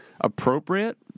appropriate